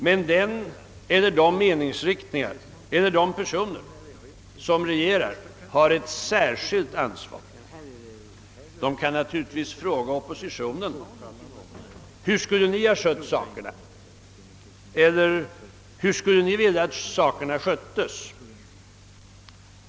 Men den eller de meningsriktningar eller de personer som regerar har ett särskilt ansvar. De kan naturligtvis fråga oppositionen: Hur skulle ni ha skött sakerna? Eller: Hur skulle ni vilja att sakerna sköttes?